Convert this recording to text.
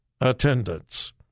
attendance